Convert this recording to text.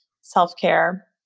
self-care